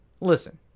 Listen